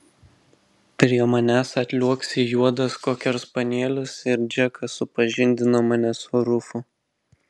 prie manęs atliuoksi juodas kokerspanielis ir džekas supažindina mane su rufu